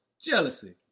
jealousy